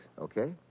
okay